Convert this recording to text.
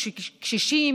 קשישים,